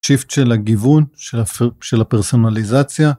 שיפט של הגיוון, של הפרסונליזציה.